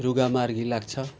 रुगा मार्गी लाग्छ